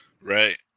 Right